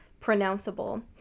pronounceable